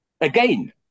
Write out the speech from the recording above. again